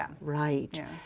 right